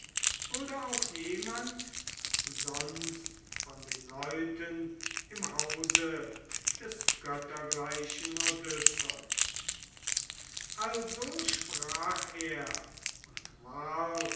oder auch jemand sonst von den leuten im hause des göttergleichen odysseus also sprach er und warf